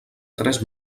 tres